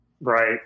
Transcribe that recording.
Right